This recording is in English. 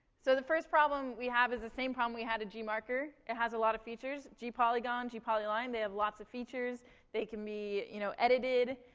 so the first problem we have is the same problem we had at gmarker. it has a lot of features. gpolygon, gpolyline they have lots of features they can be, you know, edited.